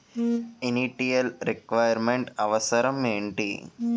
Initial requirement అవసరం ఎంటి?